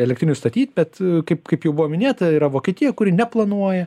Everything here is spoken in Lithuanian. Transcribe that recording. elektrinių statyt bet kaip kaip jau buvo minėta yra vokietija kuri neplanuoja